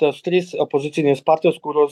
tos trys opozicinės partijos kurios